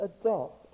adopt